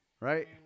Right